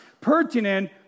pertinent